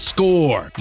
Score